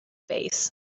face